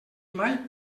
mai